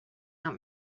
not